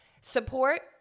Support